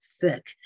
thick